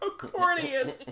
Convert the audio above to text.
Accordion